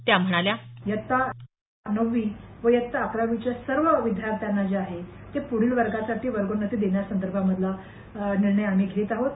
त्या म्हणाल्या इयत्ता नववी आणि इयत्ता अकरावीच्या सर्व विद्यार्थ्यांना जे आहे ते पूढील वर्गासाठी वर्गोन्नती देण्यासंदर्भातला निर्णय आम्ही घेत आहोत